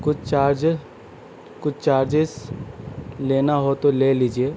کچھ چارج ہے کچھ چارجیز لینا ہو تو لے لیجیے